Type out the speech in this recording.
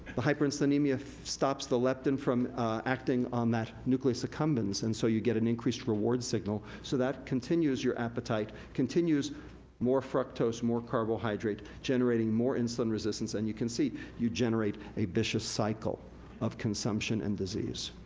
the hyperinsulinemia stops the leptin from acting on that nucleus accumbens, and so you get an increased reward signal. so that continues your appetite, continues more fructose, more carbohydrate, generating more insulin resistance than and you can see. you generate a vicious cycle of consumption and disease,